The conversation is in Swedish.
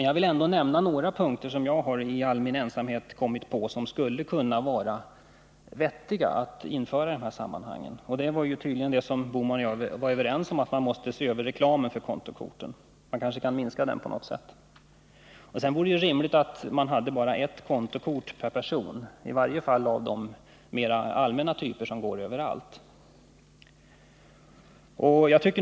Jag vill ändå nämna några saker som jag kommit på i min ensamhet och som skulle kunna vara vettiga att införa. Gösta Bohman och jag är överens om att man måste se över reklamen för kontokorten. Man kanske kan minska den på något sätt? Det vore rimligt att man hade bara ett kontokort per person, i varje fall av de mera allmänna typer som går överallt.